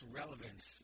relevance